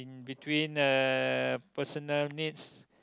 between uh personal needs